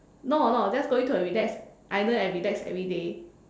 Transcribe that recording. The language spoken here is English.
no no just going to a relax island and relax everyday